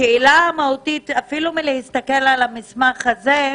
השאלה המהותית אפילו מלהסתכל על המסמך הזה,